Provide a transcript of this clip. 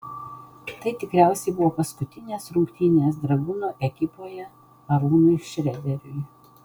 tai tikriausiai buvo paskutinės rungtynės dragūno ekipoje arūnui šrederiui